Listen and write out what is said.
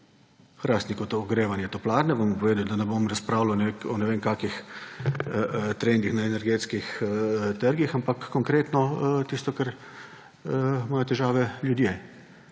Hrastniku je ogrevanje toplarne, vam bom povedal, da ne bom razpravljal o ne vem kakih trendih na energetskih trgih, ampak konkretno tisto, s čimer imajo težave ljudje.